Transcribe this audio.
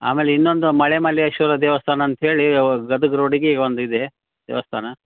ಆಮೇಲೆ ಇನ್ನೊಂದು ಮಳೆಮಲ್ಲೇಶ್ವರ ದೇವಸ್ಥಾನ ಅಂತ ಹೇಳಿ ಗದಗ ರೋಡಿಗೆ ಈಗ ಒಂದಿದೆ ದೇವಸ್ಥಾನ